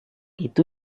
itu